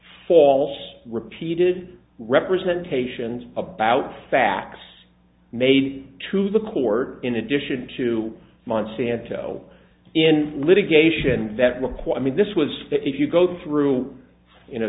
false repeated representations about facts made to the court in addition to monsanto in litigation that looked quite mean this was if you go through you know